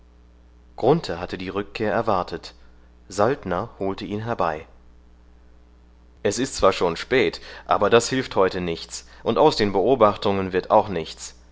hatte die rückkehr erwartet saltner holte ihn herbei es ist zwar schon spät aber das hilft heute nichts und aus den beobachtungen wird auch nichts